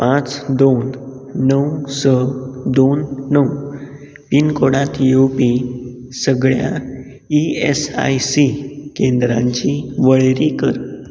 पांच दोन णव स दोन णव पिनकोडांत येवपी सगळ्या ई ऍस आय सी केंद्रांची वळेरी कर